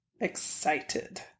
excited